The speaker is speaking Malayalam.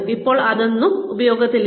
ഇപ്പോൾ അതൊന്നും ഉപയോഗത്തിലില്ല